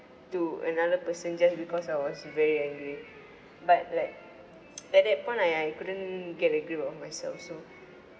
to another person just because I was very angry but like at that point I I couldn't get a grip of myself so